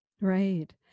right